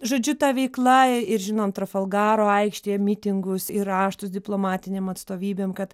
žodžiu ta veikla ir žinom trafalgaro aikštėje mitingus ir raštus diplomatinėm atstovybėm kad